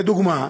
לדוגמה,